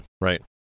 right